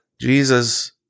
Jesus